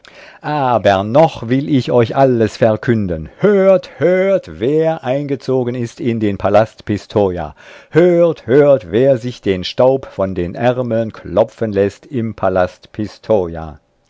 aber noch will ich euch alles verkünden hört hört wer eingezogen ist in den palast pistoja hört hört wer sich den staub von den ärmeln klopfen läßt im palast